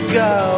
go